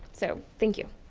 so thank you.